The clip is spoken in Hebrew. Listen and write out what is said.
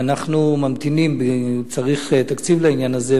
ואנחנו ממתינים כדי לדעת אם צריך תקציב לעניין הזה.